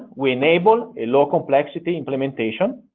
we enable a low complexity implementation